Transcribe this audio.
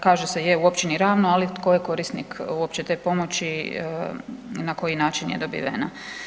Kaže je u općini Ravno, ali tko je korisnik uopće te pomoći i na koji način je dobivena.